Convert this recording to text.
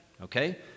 okay